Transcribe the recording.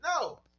no